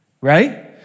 right